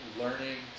learning